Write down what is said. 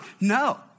No